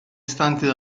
istanti